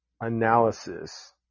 analysis